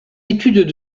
études